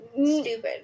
stupid